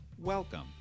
Welcome